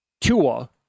Tua